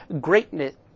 greatness